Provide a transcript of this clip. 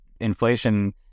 inflation